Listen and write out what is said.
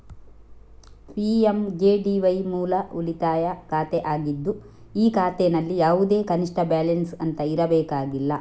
PMJDY ಮೂಲ ಉಳಿತಾಯ ಖಾತೆ ಆಗಿದ್ದು ಈ ಖಾತೆನಲ್ಲಿ ಯಾವುದೇ ಕನಿಷ್ಠ ಬ್ಯಾಲೆನ್ಸ್ ಅಂತ ಇರಬೇಕಾಗಿಲ್ಲ